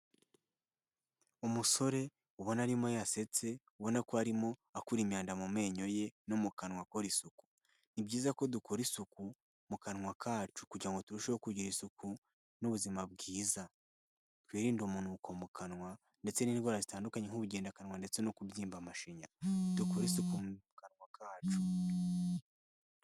Umusore ubona arimo yasetse, ubona ko arimo akura imyanda mu menyo ye no mu kanwa akora isuku. Ni byiza ko dukora isuku mu kanwa kacu kugira ngo turusheho kugira isuku n'ubuzima bwiza. Twirinde umunuko mu kanwa ndetse n'indwara zitandukanye nk'ubugendakanwa ndetse no kubyimba amashinya dukora isuku mu kanwa kacu.